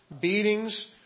beatings